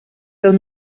tell